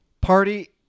party